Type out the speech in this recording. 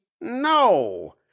no